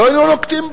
לא היינו נוקטים.